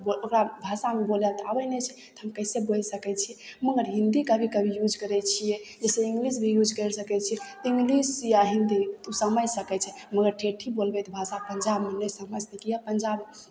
बोल ओकरा भाषामे बोलय तऽ आबय नहि छै तऽ हम कैसै बोलि सकय छियै मगर हिन्दी कभी कभी यूज करय छियै जैसे इंग्लिश भी यूज करि सकय छियै इंग्लिश या हिन्दी उ समझि सकय छै मगर ठेठी बोलबय तऽ भाषा पंजाबमे उ नहि समझतै किएक पंजाब